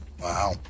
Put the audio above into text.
Wow